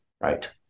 right